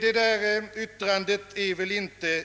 Detta yttrande är väl